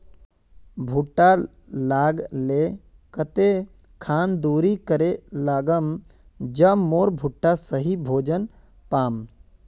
भुट्टा लगा ले कते खान दूरी करे लगाम ज मोर भुट्टा सही भोजन पाम?